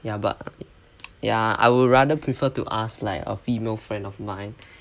ya but ya I would rather prefer to ask like a female friend of mine